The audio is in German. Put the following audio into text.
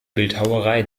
bildhauerei